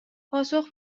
پاسخ